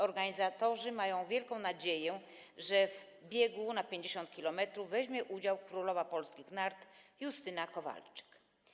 Organizatorzy mają wielką nadzieję, że w biegu na 50 km weźmie udział królowa polskich nart Justyna Kowalczyk.